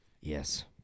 Yes